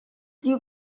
you